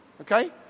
Okay